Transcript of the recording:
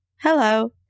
hello